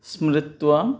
स्मृत्वा